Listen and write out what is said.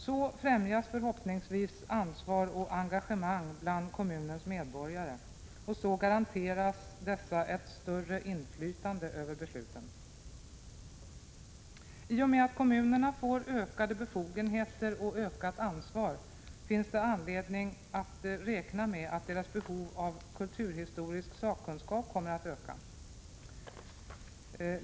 Så främjas förhoppningsvis ansvar och engagemang bland kommunens medborgare, och så garanteras dessa ett större inflytande över besluten. I och med att kommunerna får ökade befogenheter och ökat ansvar finns det anledning att räkna med att deras behov av kulturhistorisk sakkunskap kommer att öka.